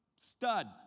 Stud